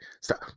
Stop